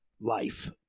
life